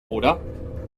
oder